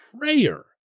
prayer